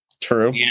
True